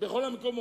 בכל המקומות.